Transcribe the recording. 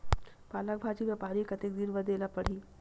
पालक भाजी म पानी कतेक दिन म देला पढ़ही?